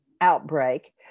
outbreak